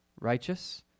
righteous